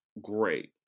great